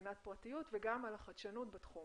הגנת פרטיות וגם חדשנות בתחום,